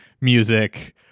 music